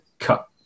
cut